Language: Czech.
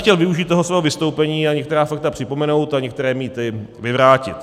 Chtěl bych využít svého vystoupení a některá fakta připomenout a některé mýty vyvrátit.